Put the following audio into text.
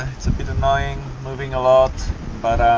it's a bit annoying, moving a lot but